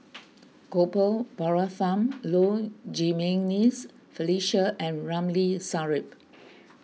Gopal Baratham Low Jimenez Felicia and Ramli Sarip